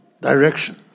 direction